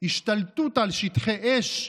השתלטות על שטחי אש,